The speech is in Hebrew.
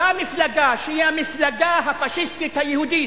אותה מפלגה שהיא המפלגה הפאשיסטית היהודית,